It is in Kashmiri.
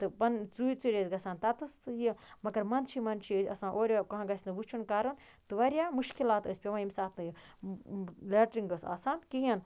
تہٕ پَن ژوٗرِ ژوٗرِ ٲسۍ گژھان تَتیٚس تہٕ یہِ مگر مںٛدچھی منٛدچھی ٲسۍ آسان اورٕ یورٕ کانٛہہ گژھِ نہٕ وٕچھُن کَرُن تہٕ واریاہ مُشکلات ٲسۍ پٮ۪وان ییٚمہِ ساتہٕ نہٕ لیٹریٖن ٲس آسان کِہیٖنۍ